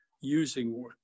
using